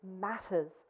matters